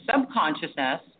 subconsciousness